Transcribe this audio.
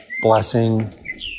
blessing